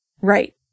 Right